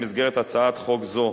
במסגרת הצעת חוק זו,